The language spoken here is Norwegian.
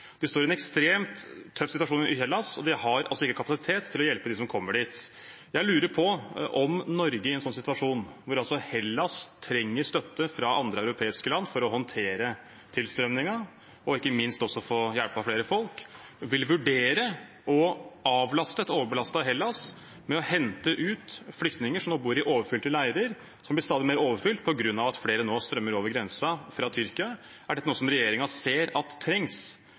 De står i en ekstremt tøff situasjon i Hellas, og de har ikke kapasitet til å hjelpe dem som kommer dit. Jeg lurer på om Norge i en sånn situasjon, hvor Hellas trenger støtte fra andre europeiske land for å håndtere tilstrømningen og ikke minst også få hjulpet flere folk, vil vurdere å avlaste et overbelastet Hellas med å hente ut flyktninger som nå bor i overfylte leirer, og som blir stadig mer overfylt på grunn av at flere nå strømmer over grensen fra Tyrkia. Er dette noe som regjeringen ser trengs,